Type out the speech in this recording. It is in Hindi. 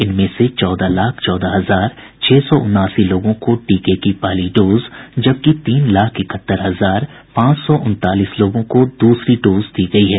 इनमें से चौदह लाख चौदह हजार छह सौ उनासी लोगों को टीके की पहली डोज जबकि तीन लाख इकहत्तर हजार पांच सौ उनतालीस लोगों को दूसरी डोज दी गयी है